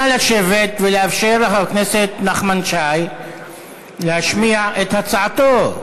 נא לשבת ולאפשר לחבר הכנסת נחמן שי להשמיע את הצעתו.